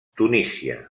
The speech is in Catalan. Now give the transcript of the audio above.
tunísia